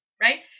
right